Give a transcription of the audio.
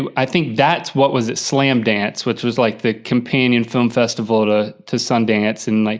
um i think that's what was it slam dance which was like the companion film festival to to sundance, and, like